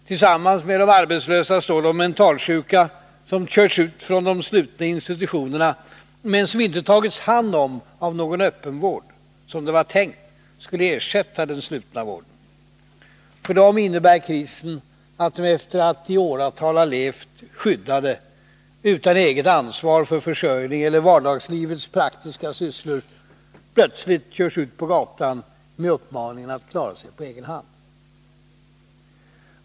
Tillsammans med de arbetslösa står de mentalsjuka, som körts ut från de slutna institutionerna, men som inte tagits om hand av någon öppenvård, som det var tänkt skulle ersätta den slutna vården. För dem innebär krisen att de efter att ha levt skyddade, utan eget ansvar för försörjning eller vardagslivets praktiska sysslor, plötsligt körs ut på gatan med uppmaningen att klara sig på egen hand.